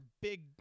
big